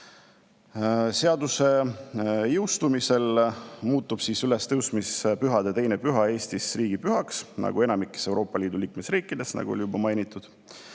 Seaduse jõustumisel muutub ülestõusmispühade teine püha Eestis riigipühaks nagu enamikus Euroopa Liidu liikmesriikides, nagu juba mainitud.